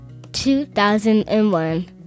2001